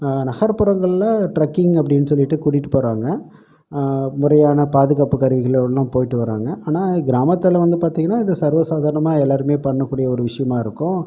நகர்ப்புறங்களில் ட்ரக்கிங் அப்படின்னு சொல்லிட்டு கூட்டிகிட்டுப் போறாங்க முறையான பாதுகாப்பு கருவிகளோடல்லாம் போய்ட்டு வராங்க ஆனால் கிராமத்தில் வந்து பார்த்தீங்கன்னா இது சர்வ சாதாரணமாக எல்லாேருமே பண்ணக்கூடிய ஒரு விஷயமா இருக்கும்